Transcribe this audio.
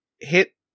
Hit